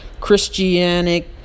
christianic